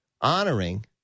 honoring